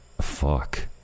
Fuck